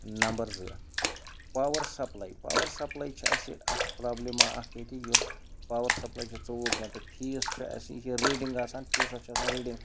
number زٕ power supply power supply چھِ اَسہِ اَکھ پرٛابلِم اَکھ ییٚتہِ یۄس پاوَر سَپلاے چھِ ژوٚوُہ گنٛٹہٕ فیٖس چھُ اَسہِ یہِ چھ ریٖڈِنٛگ آسان فیٖسَس چھُ آسان ریٖڈِںٛگ